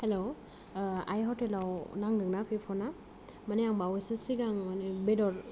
हेल' आइ हतेलाव नांदोंना बे फना माने आं बावयैसो सिगां बेदर